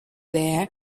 there